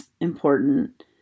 important